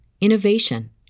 innovation